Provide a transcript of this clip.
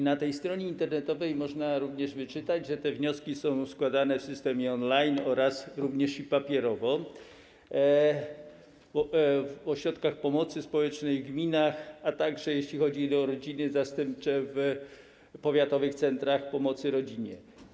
Na tej stronie internetowej można również przeczytać, że wnioski są składane w systemie on-line, jak również w formie papierowej w ośrodkach pomocy społecznej w gminach, a także, jeśli chodzi o rodziny zastępcze, w powiatowych centrach pomocy rodzinie.